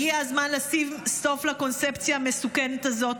הגיע הזמן לשים סוף לקונספציה המסוכנת הזאת.